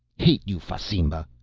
hate you, fasimba!